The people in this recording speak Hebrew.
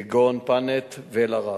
כגון "פאנט" ו"אל-ערב".